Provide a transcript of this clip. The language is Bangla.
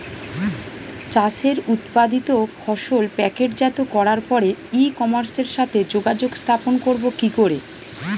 চাষের উৎপাদিত ফসল প্যাকেটজাত করার পরে ই কমার্সের সাথে যোগাযোগ স্থাপন করব কি করে?